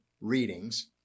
readings